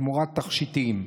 תמורת תכשיטים,